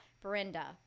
Brenda